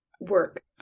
work